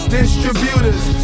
distributors